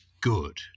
good